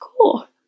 cool